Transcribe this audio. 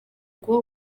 kuba